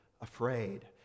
afraid